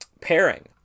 Pairing